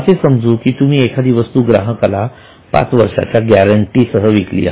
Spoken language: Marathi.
असे समजू की तुम्ही एखादी वस्तू ग्राहकाला पाच वर्षाच्या गॅरंटी सह विकत आहात